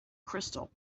crystal